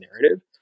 narrative